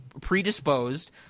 predisposed